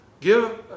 Give